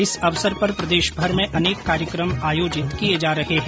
इस अवसर पर प्रदेशभर में अनेक कार्यक्रम आयोजित किये जा रहे हैं